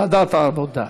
ועדת העבודה.